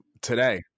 today